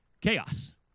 chaos